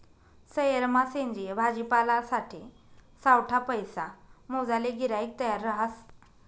सयेरमा सेंद्रिय भाजीपालासाठे सावठा पैसा मोजाले गिराईक तयार रहास